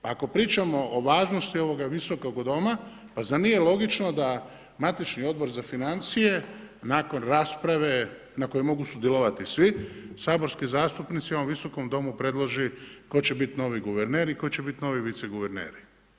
Ako pričamo o važnosti ovoga visokog Doma, pa zar nije logično da matični Odbor za financije, nakon rasprave na kojoj mogu sudjelovati svi saborski zastupnici, ovom visokom Domu predloži tko će biti novi guverner i tko će biti novi vice guverneri?